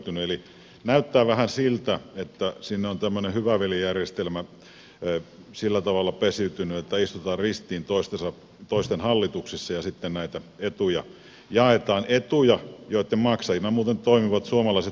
näyttää vähän siltä että sinne on tämmöinen hyvä veli järjestelmä sillä tavalla pesiytynyt että istutaan ristiin toisten hallituksissa ja sitten näitä etuja jaetaan etuja joitten maksajina muuten toimivat suomalaiset veronmaksajat